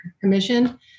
Commission